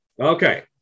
Okay